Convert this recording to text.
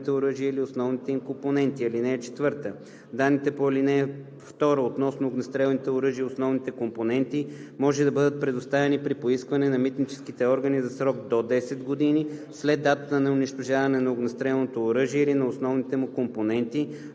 или основните компоненти. (4) Данните по ал. 2 относно огнестрелните оръжия и основните компоненти може да бъдат предоставени при поискване на митническите органи за срок до 10 години след датата на унищожаване на огнестрелното оръжие или на основните му компоненти,